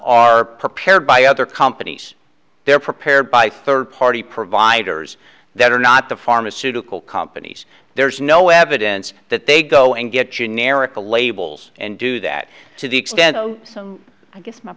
are prepared by other companies they're prepared by third party providers that are not the pharmaceutical companies there's no evidence that they go and get generic the labels and do that to the extent so i guess my